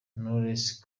knowles